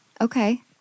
Okay